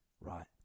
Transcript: Right